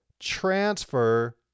Transfer